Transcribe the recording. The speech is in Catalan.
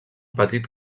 petit